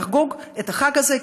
את החג הזה,